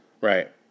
Right